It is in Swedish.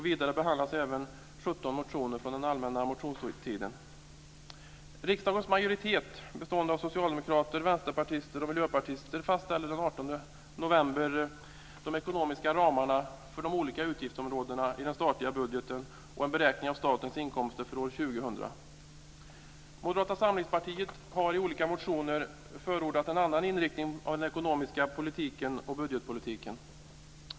Vidare behandlas även Riksdagens majoritet bestående av socialdemokrater, vänsterpartister och miljöpartister fastställde den 18 november de ekonomiska ramarna för de olika utgiftsområdena i den statliga budgeten och en beräkning av statens inkomster för år 2000. Moderata samlingspartiet har i olika motioner förordat en annan inriktning av den ekonomiska politiken och budgetpolitiken.